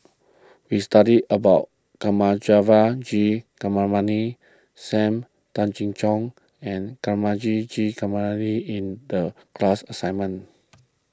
we studied about Thamizhavel G Sam Tan Chin Siong and Thamizhavel G in the class assignment